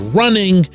running